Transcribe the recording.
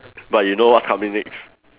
but you know what's coming next